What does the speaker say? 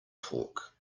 talk